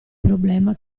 problema